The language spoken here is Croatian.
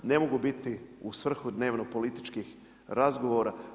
Ne mogu biti u svrhu dnevno-političkih razgovora.